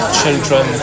children